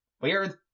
Weird